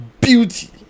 beauty